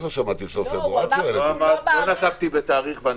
לא נקבתי בתאריך.